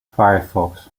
firefox